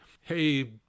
hey